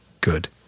good